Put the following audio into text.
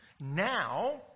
now